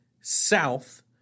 south